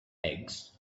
eggs